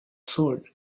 sword